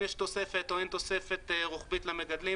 יש תוספת או אין תוספת רוחבית למגדלים,